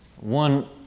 One